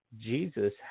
Jesus